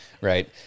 Right